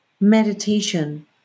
meditation